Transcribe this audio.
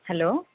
hello